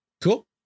Cool